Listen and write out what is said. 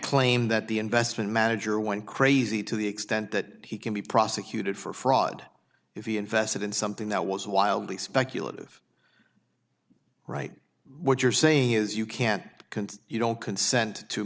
claim that the investment manager went crazy to the extent that he can be prosecuted for fraud if he invested in something that was wildly speculative right what you're saying is you can't concede you don't consent to